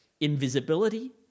invisibility